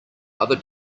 other